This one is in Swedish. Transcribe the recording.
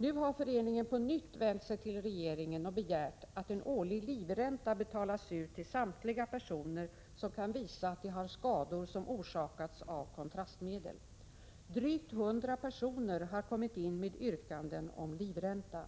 Nu har föreningen på nytt vänt sig till regeringen och begärt att en årlig livränta betalas ut till samtliga personer som kan visa att de har skador som orsakats av kontrastmedel. Drygt 100 personer har kommit in med yrkanden om livränta.